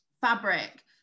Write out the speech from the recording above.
fabric